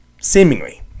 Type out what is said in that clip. Seemingly